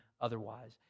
otherwise